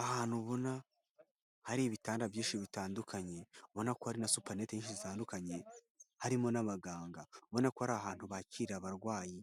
Ahantu ubona hari ibitanda byinshi bitandukanye, ubona ko hari na supaneti nyinshi zitandukanye, harimo n'abaganga. Ubona ko ari ahantu bakirira abarwayi,